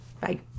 Bye